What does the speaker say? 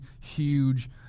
huge